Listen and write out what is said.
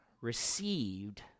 received